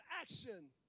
action